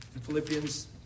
Philippians